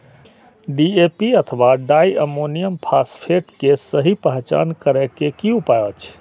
DAP अथवा di ammonium phosphate के सहि पहचान करे के कि उपाय अछि?